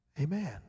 amen